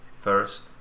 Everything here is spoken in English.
first